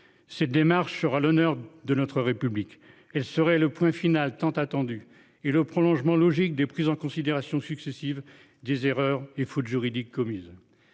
cette démarche sera l'honneur de notre République. Elle serait le point final tant attendu est le prolongement logique des prises en considération successives des erreurs et fautes juridique commise.